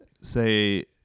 say